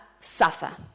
suffer